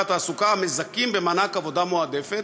התעסוקה המזכים במענק עבודה מועדפת,